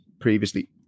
previously